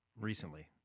recently